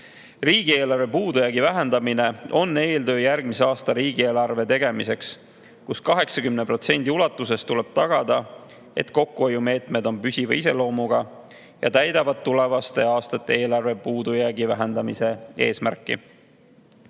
Riigieelarve puudujäägi vähendamine on eeltöö järgmise aasta riigieelarve tegemiseks, kus 80% ulatuses tuleb tagada, et kokkuhoiumeetmed on püsiva iseloomuga ja täidavad tulevaste aastate eelarve puudujäägi vähendamise eesmärki.